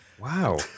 Wow